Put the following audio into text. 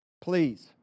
Please